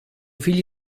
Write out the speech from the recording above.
figli